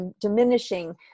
diminishing